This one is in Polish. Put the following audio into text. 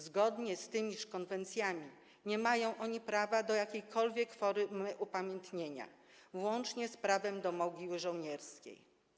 Zgodnie z tymiż konwencjami nie mają oni prawa do jakiejkolwiek formy upamiętnienia, włącznie z prawem do mogiły żołnierskiej.